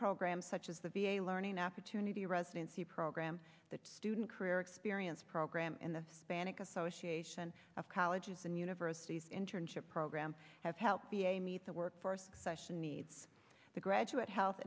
program such as the v a learning opportunity residency program that student career experience program in the panic association of colleges and universities internship program has helped the a meet the workforce session needs the graduate health